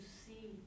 see